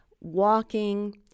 walking